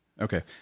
Okay